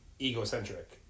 egocentric